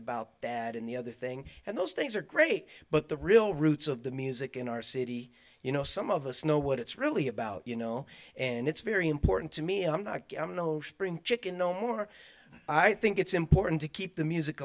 about that and the other thing and those things are great but the real roots of the music in our city you know some of us know what it's really about you know and it's very important to me i'm not i'm no spring chicken no more i think it's important to keep the music